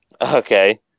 Okay